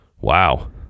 Wow